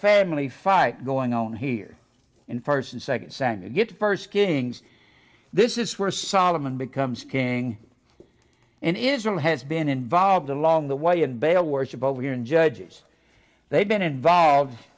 family fight going on here in first and second santa get first kings this is where solomon becomes king and israel has been involved along the way and bale worship over here and judges they've been involved